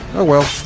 oh well,